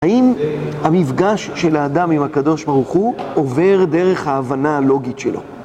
האם המפגש של האדם עם הקדוש ברוך הוא עובר דרך ההבנה הלוגית שלו?